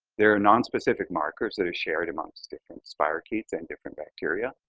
there are nonspecific markers that are shared amongst different spirochetes and different bacteria.